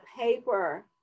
paper